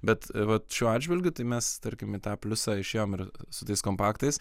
bet vat šiuo atžvilgiu tai mes tarkim į tą pliusą išėjom ir su tais kompaktais